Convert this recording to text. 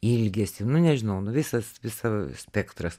ilgesį nu nežinau nu visas visa spektras